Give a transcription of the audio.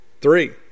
Three